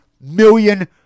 million